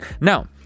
Now